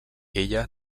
ella